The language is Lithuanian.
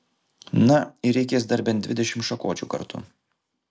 na ir reikės dar bent dvidešimt šakočių kartu